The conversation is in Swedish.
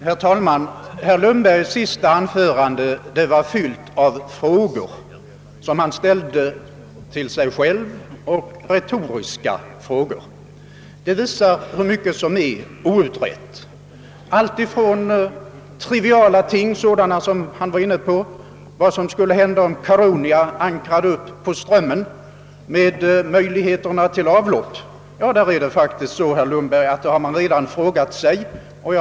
Herr talman! Herr Lundbergs senaste anförande var fyllt av retoriska frågor och frågor som han ställde till sig själv. Det visar hur mycket som är outrett, exempelvis sådana triviala ting som möjligheterna till avlopp om Caronia ankrade upp på Strömmen.